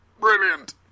brilliant